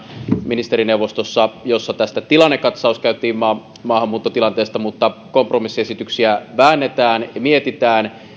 ministerineuvostossa jossa tilannekatsaus käytiin maahanmuuttotilanteesta mutta kompromissiesityksiä väännetään ja mietitään